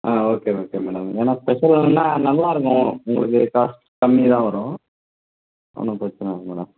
ஆ okay okay madam ஏன்னால் ஸ்பெஷலுன்னால் நல்லாயிருக்கும் உங்களுக்கு காசு கம்மிதான் வரும் ஒன்றும் பிரச்சின இல்லை மேடம்